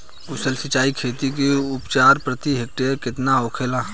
कुशल सिंचाई खेती से उपज प्रति हेक्टेयर केतना होखेला?